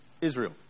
Israel